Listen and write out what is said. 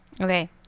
Okay